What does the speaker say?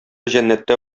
җәннәттә